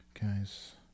guys